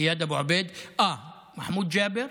איאד אבו עביד, אה, מחמוד ג'אבר